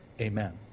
Amen